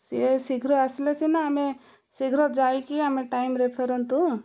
C ଶୀଘ୍ର ଆସିଲେ ସିନା ଆମେ ଶୀଘ୍ର ଯାଇକି ଆମେ ଟାଇମ୍ରେ ଫେରନ୍ତୁ